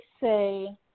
say